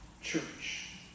church